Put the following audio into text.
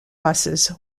buses